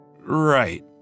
Right